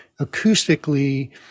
acoustically